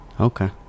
Okay